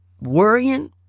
worrying